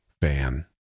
fan